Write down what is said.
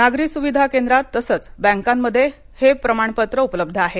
नागरी सुविधा केंद्रात तसंच बँकांमध्ये हे प्रमाणपत्र उपलब्ध आहे